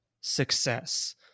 success